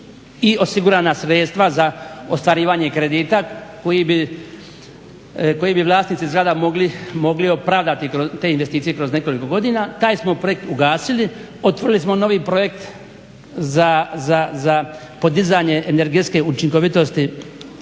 i osigurana sredstva za ostvarivanje kredita koji bi vlasnici zgrada mogli opravdati te investicije kroz nekoliko godina taj smo projekt ugasili. Otvorili smo novi projekt za podizanje energetske učinkovitost